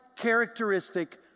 characteristic